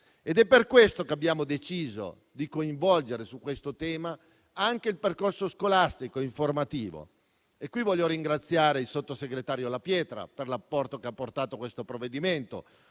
È per questo che abbiamo deciso di coinvolgere su questo tema anche il percorso scolastico ed informativo. Voglio qui ringraziare il sottosegretario La Pietra per l'apporto che ha dato a questo provvedimento,